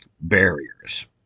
barriers